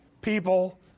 people